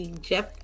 Jeff